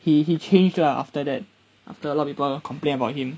he he change lah after that after a lot people complain about him